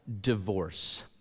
divorce